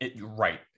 Right